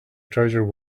treasure